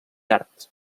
arts